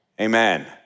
Amen